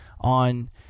on